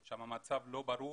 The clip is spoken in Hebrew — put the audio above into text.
שם המצב לא ברור,